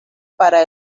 para